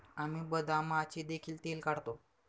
आम्ही बदामाचे देखील तेल काढतो